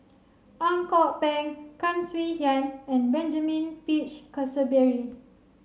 Ang Kok Peng Tan Swie Hian and Benjamin Peach Keasberry